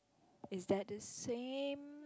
is that the same